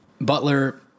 Butler